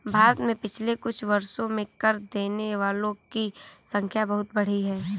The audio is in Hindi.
भारत में पिछले कुछ वर्षों में कर देने वालों की संख्या बहुत बढ़ी है